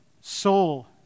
soul